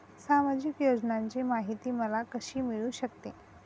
सामाजिक योजनांची माहिती मला कशी मिळू शकते?